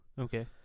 Okay